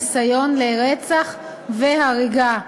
ניסיון לרצח והריגה.